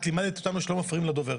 את לימדת אותנו שלא מפריעים לדובר.